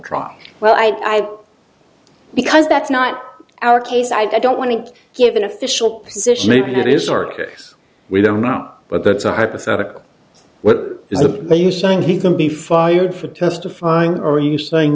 trial well i because that's not our case i don't want to give an official position maybe that is our case we don't know but that's a hypothetical what is the bill you saying he can be fired for testifying or are you saying